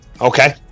Okay